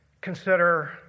Consider